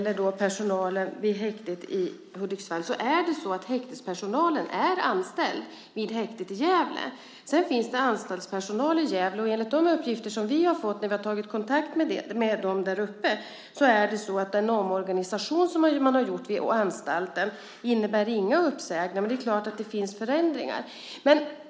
Personalen vid häktet i Hudiksvall är anställd vid häktet i Gävle. Det finns anstaltspersonal i Gävle och enligt de uppgifter vi har fått när vi har tagit kontakt med dem däruppe är det så att den omorganisation som man har gjort vid anstalten inte innebär några uppsägningar. Men det är klart att det blir förändringar.